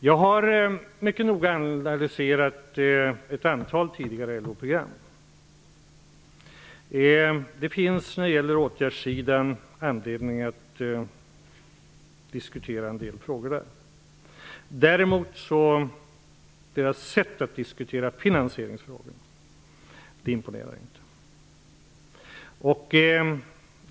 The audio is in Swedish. Jag har mycket noga analyserat ett antal tidigare LO-program. Det finns när det gäller åtgärdssidan anledning att diskutera en del frågor. Sättet att diskutera finansieringsfrågorna imponerar däremot inte.